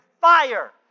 fire